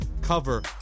cover